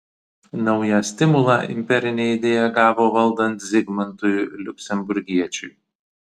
naują stimulą imperinė idėja gavo valdant zigmantui liuksemburgiečiui